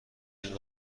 این